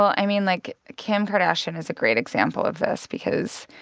i mean, like, kim kardashian is a great example of this because,